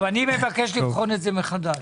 מבקש לבחון את זה מחדש.